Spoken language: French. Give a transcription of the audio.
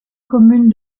commune